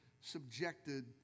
subjected